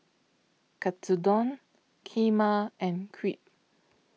Katsudon Kheema and Crepe